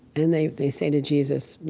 and they they say to jesus,